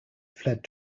fled